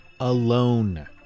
Alone